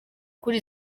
kuri